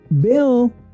Bill